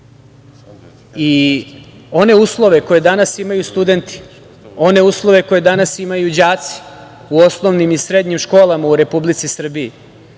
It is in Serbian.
One uslove koje danas imaju studenti, one uslove koje danas imaju đaci u osnovnim i srednjim školama u Republici Srbiji,